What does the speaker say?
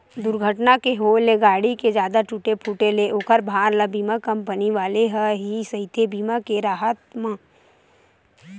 दूरघटना के होय ले गाड़ी के जादा टूटे फूटे ले ओखर भार ल बीमा कंपनी वाले ह ही सहिथे बीमा के राहब म